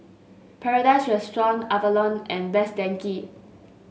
Paradise Restaurant Avalon and Best Denki